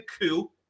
coup